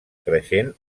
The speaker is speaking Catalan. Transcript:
creixent